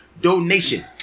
donation